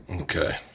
Okay